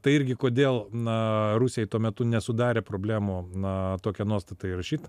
tai irgi kodėl na rusijai tuo metu nesudarė problemų na tokią nuostatą įrašyt